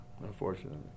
Unfortunately